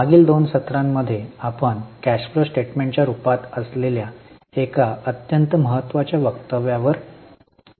मागील दोन सत्रांमध्ये आपण कॅश फ्लो स्टेटमेंटच्या रूपात असलेल्या एका अत्यंत महत्वाच्या वक्तव्यावर चर्चा केली